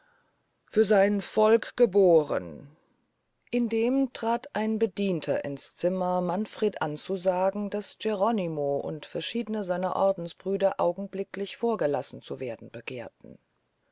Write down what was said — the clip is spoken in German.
für sein volk gebohren indem trat ein bedienter ins zimmer manfred anzusagen daß geronimo und verschiedne seiner ordensbrüder augenblicklich vorgelassen zu werden begehrten